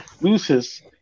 loses